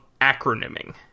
acronyming